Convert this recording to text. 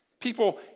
people